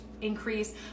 increase